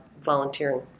volunteering